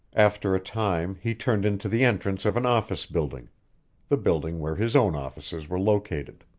after a time he turned into the entrance of an office building the building where his own offices were located.